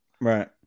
Right